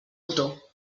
botó